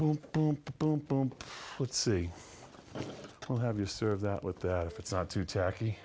boom boom boom boom let's see we'll have you serve that with that if it's not too tack